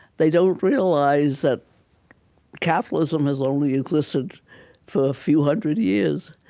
they don't realize that capitalism has only existed for a few hundred years.